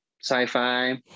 sci-fi